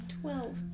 Twelve